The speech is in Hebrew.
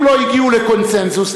אם לא הגיעו לקונסנזוס,